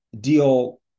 deal